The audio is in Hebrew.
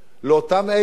לאותם אלה